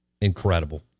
incredible